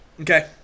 Okay